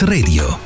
Radio